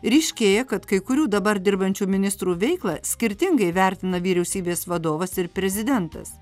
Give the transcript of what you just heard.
ryškėja kad kai kurių dabar dirbančių ministrų veiklą skirtingai vertina vyriausybės vadovas ir prezidentas